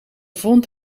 vond